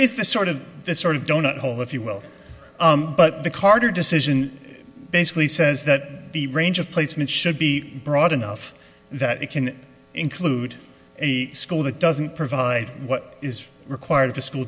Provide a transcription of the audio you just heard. is the sort of this sort of donut hole if you will but the carter decision basically says that the range of placement should be broad enough that it can include a school that doesn't provide what is required of a school